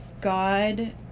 God